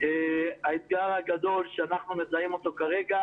האתגר הגדול שאנחנו מזהים אותו כרגע